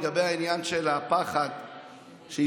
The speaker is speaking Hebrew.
לגבי העניין של הפחד שהזכרת,